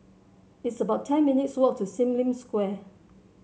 it's about ten minutes' walk to Sim Lim Square